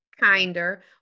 Kinder